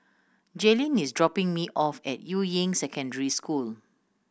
Jailyn is dropping me off at Yuying Secondary School